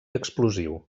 explosiu